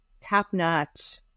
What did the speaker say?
top-notch